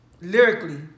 lyrically